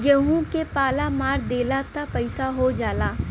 गेंहू के पाला मार देला त पइया हो जाला